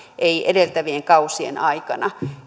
ei edeltävien kausien aikana